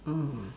oh